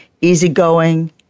easygoing